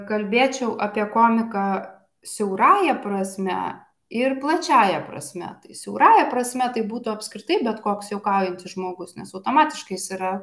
kalbėčiau apie komiką siaurąja prasme ir plačiąja prasme siaurąja prasme tai būtų apskritai bet koks juokaujantis žmogus nes automatiškai jis yra